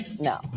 No